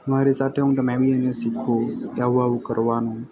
મારી સાથે હું એને બી શીખવું કે આવું આવું કરવાનું